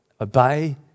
Obey